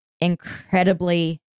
incredibly